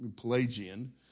Pelagian